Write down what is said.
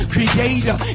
Creator